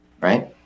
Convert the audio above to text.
right